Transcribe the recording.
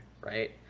right